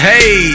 Hey